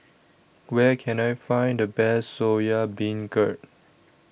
Where Can I Find The Best Soya Beancurd